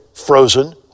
frozen